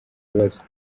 ibibazo